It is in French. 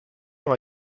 dans